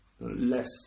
less